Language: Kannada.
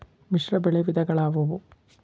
ಮಿಶ್ರಬೆಳೆ ವಿಧಗಳಾವುವು?